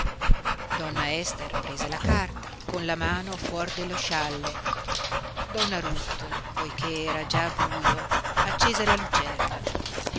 donna ester prese la carta con la mano fuor dello scialle donna ruth poiché era già buio accese la lucerna